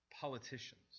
politicians